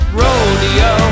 rodeo